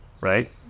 right